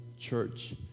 church